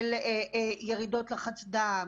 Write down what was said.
של ירידות לחץ דם,